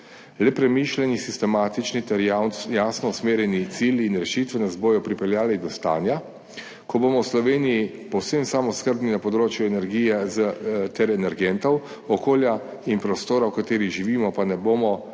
Le premišljeni, sistematični, terja jasno usmerjeni cilji in rešitve nas bodo pripeljali do stanja, ko bomo v Sloveniji povsem samooskrbni na področju energije ter energentov, okolja in prostora v katerih živimo, pa ne bomo